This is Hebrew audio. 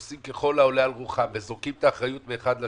עושים ככל העולה על רוחם וזורקים את האחריות מן האחד לשני,